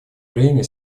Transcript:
время